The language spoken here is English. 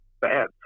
bad